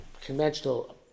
conventional